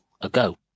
ago